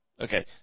Okay